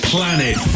Planet